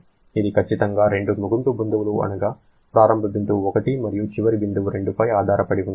ఇది ఖచ్చితంగా రెండు ముగింపు బిందువులు అనగా ప్రారంభ బిందువు 1 మరియు చివరి బిందువు 2 పై ఆధారపడి ఉంటుంది